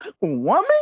woman